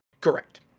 correct